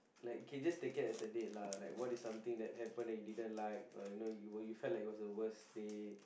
like okay just take it as a date lah like what is something that happen that you didn't like or you know you you you felt like it was the worst date